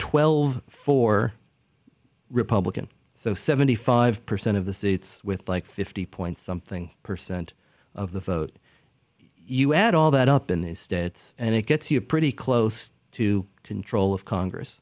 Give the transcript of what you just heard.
twelve for republican so seventy five percent of the seats with like fifty point something percent of the vote you add all that up in these states and it gets you pretty close to control of congress